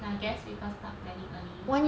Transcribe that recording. I guess people start planning early